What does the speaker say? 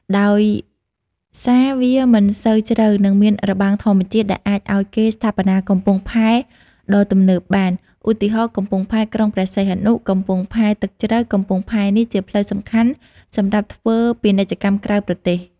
ដោយសារវាមិនសូវជ្រៅ និងមានរបាំងធម្មជាតិ ដែលអាចឱ្យគេស្ថាបនាកំពង់ផែដ៏ទំនើបបាន ឧទាហរណ៍ កំពង់ផែក្រុងព្រះសីហនុ កំពង់ផែទឹកជ្រៅ កំពង់ផែនេះជាផ្លូវសំខាន់សម្រាប់ធ្វើពាណិជ្ជកម្មក្រៅប្រទេស។